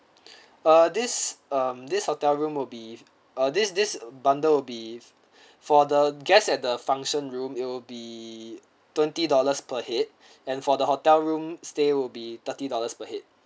uh this um this hotel room will be uh this this bundle will be for the guest at the function room it'll be twenty dollars per head and for the hotel room stay will be thirty dollars per head